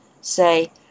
say